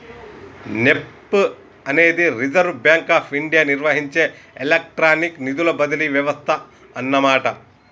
NEFT అనేది reserve bank of India నిర్వహించే electronic నిధుల బదిలీ వ్యవస్థ అన్నమాట